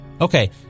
Okay